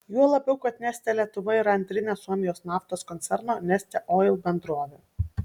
juo labiau kad neste lietuva yra antrinė suomijos naftos koncerno neste oil bendrovė